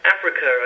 Africa